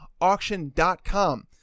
auction.com